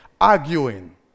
arguing